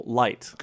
light